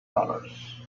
dollars